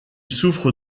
souffre